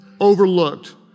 overlooked